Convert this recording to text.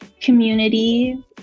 community